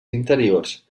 interiors